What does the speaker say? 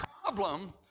problem